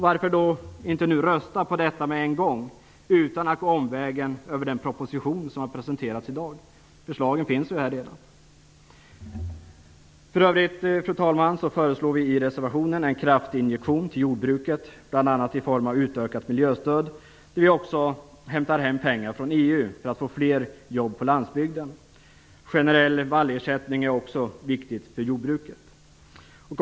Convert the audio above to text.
Varför inte rösta för detta med en gång utan att gå omvägen över den proposition som har presenterats i dag? Förslaget finns ju redan. För övrigt föreslår vi i reservationen en kraftig injektion till jordbruket, bl.a. i form av utökat miljöstöd där vi också hämtar hem pengar från EU för att få fler jobb på landsbygden. Generell vallersättning är också viktigt för jordbruket.